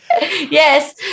yes